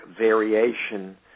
variation